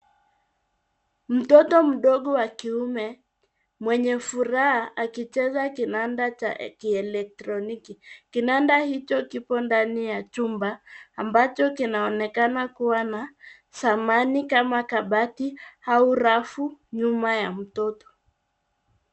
Mtoto mdogo wa kiume, mwenye furaha, akicheza kinanda cha kielektroniki. Kinanda hicho kipo ndani ya chumba ambacho kinaonekana kuwa na samani kama kabati au rafu nyuma ya mtoto.